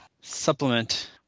supplement